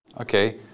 Okay